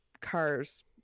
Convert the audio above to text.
cars